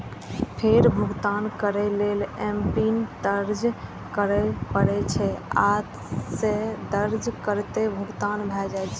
फेर भुगतान करै लेल एमपिन दर्ज करय पड़ै छै, आ से दर्ज करिते भुगतान भए जाइ छै